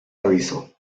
aviso